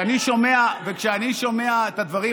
וכשאני שומע את הדברים,